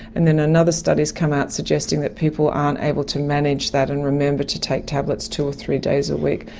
and then another study has come out suggesting that people aren't able to manage that and remember to take tablets two ah three days a week.